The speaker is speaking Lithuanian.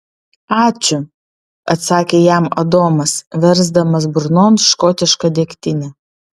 ačiū atsakė jam adomas versdamas burnon škotišką degtinę